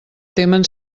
temen